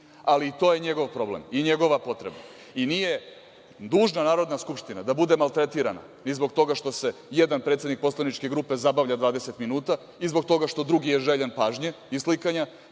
Ali, to je njegov problem i njegova potreba. Nije dužna Narodna skupština da bude maltretirana ni zbog toga što se jedan predsednik poslaničke grupe zabavlja 20 minuta i zbog toga što drugi je željan pažnje i slikanja,